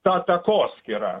ta takoskyra